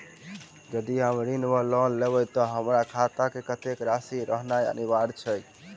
यदि हम ऋण वा लोन लेबै तऽ हमरा खाता मे कत्तेक राशि रहनैय अनिवार्य छैक?